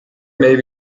may